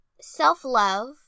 Self-love